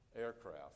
aircraft